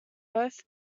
both